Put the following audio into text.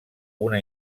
una